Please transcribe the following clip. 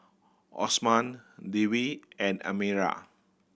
Osman Dewi and Amirah